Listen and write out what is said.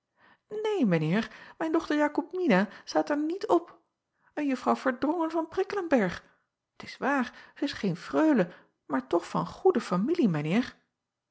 een mijn eer mijn dochter akomina staat er niet op en uffrouw erdrongen van rikkelenberg t s waar zij is geen freule maar toch van goede familie